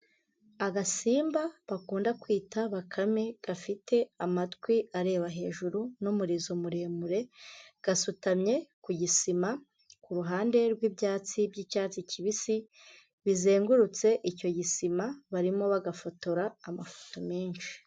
Agasimba bakunda kwita bakame gafite amatwi areba hejuru n'umurizo muremure, gasutamye ku gisima, ku ruhande rw'ibyatsi by'icyatsi kibisi bizengurutse icyo gisima barimo bagafotora amafoto menshi.